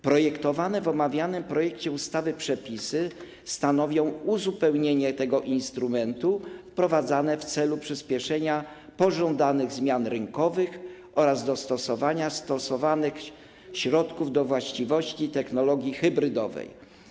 Projektowane w omawianym projekcie ustawy przepisy stanowią uzupełnienie tego instrumentu i są wprowadzane w celu przyspieszenia pożądanych zmian rynkowych oraz dostosowania środków do właściwości technologii hybrydowej.